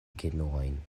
genuojn